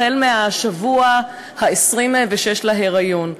החל מהשבוע ה-26 להיריון.